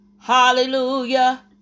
Hallelujah